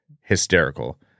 hysterical